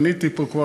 עניתי פה כבר,